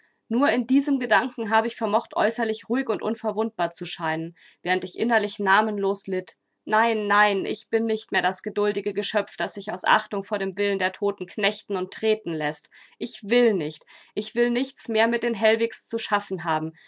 nur in diesem gedanken habe ich vermocht äußerlich ruhig und unverwundbar zu scheinen während ich innerlich namenlos litt nein nein ich bin nicht mehr das geduldige geschöpf das sich aus achtung vor dem willen der toten knechten und treten läßt ich will nicht ich will nichts mehr mit den hellwigs zu schaffen haben